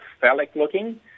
phallic-looking